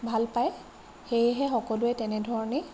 ভাল পায় সেয়েহে সকলোৱে তেনেধৰণে